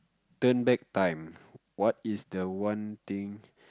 turn back time what is the one thing